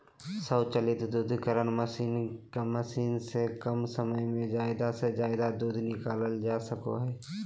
स्वचालित दुग्धकरण मशीन से कम समय में ज़्यादा से ज़्यादा दूध निकालल जा सका हइ